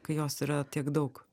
kai jos yra tiek daug